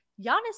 Giannis